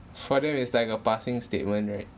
for them it's like a passing statement right